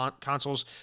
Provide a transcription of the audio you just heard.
consoles